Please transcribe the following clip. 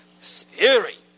Spirit